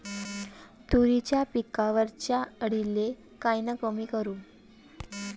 तुरीच्या पिकावरच्या अळीले कायनं कमी करू?